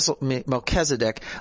Melchizedek